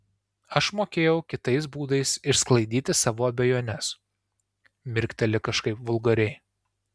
aš mokėjau kitais būdais išsklaidyti savo abejones mirkteli kažkaip vulgariai